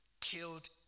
killed